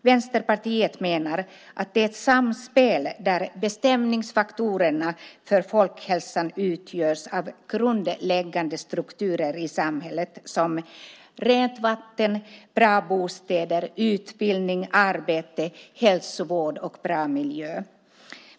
Vänsterpartiet menar att det är ett samspel där bestämningsfaktorerna för folkhälsan utgörs av grundläggande strukturer i samhället som rent vatten, bra bostäder, utbildning, arbete, hälsovård och bra miljö.